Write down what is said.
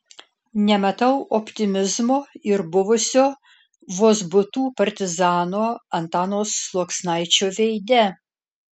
nematau optimizmo ir buvusio vozbutų partizano antano sluoksnaičio veide